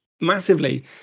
Massively